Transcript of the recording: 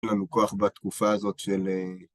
אין לנו כוח בתקופה הזאת של...